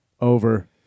Over